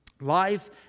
life